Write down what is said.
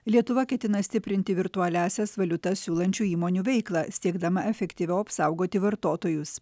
lietuva ketina stiprinti virtualiąsias valiutas siūlančių įmonių veiklą siekdama efektyviau apsaugoti vartotojus